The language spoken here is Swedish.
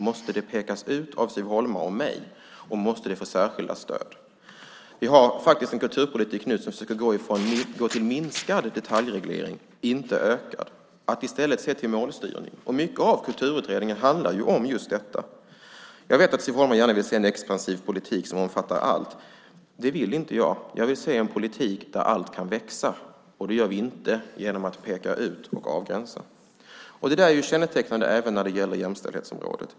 Måste det pekas ut av Siv Holma och mig? Måste det få särskilda stöd? Vi har nu en kulturpolitik som försöker gå mot minskad detaljreglering, inte ökad, och i stället se till målstyrning. Mycket av Kulturutredningen handlar om just detta. Jag vet att Siv Holma gärna vill se en expansiv politik som omfattar allt. Det vill inte jag. Jag vill se en politik där allt kan växa. Det gör vi inte genom att peka ut och avgränsa. Det där är kännetecknande även när det gäller jämställdhetsområdet.